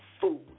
food